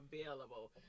available